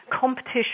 competition